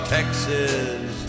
Texas